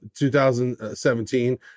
2017